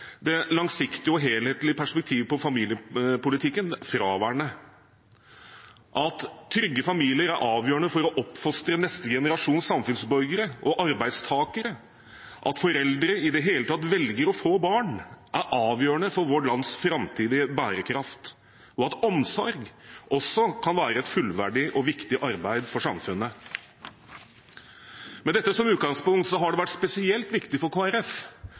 det langsiktige og helhetlige perspektivet på familiepolitikken fraværende. Trygge familier er avgjørende for å oppfostre neste generasjons samfunnsborgere og arbeidstakere, og at noen i det hele tatt velger å få barn, bli foreldre, er avgjørende for vårt lands framtidige bærekraft, og omsorg kan også være et fullverdig og viktig arbeid for samfunnet. Med dette som utgangspunkt har det vært spesielt viktig for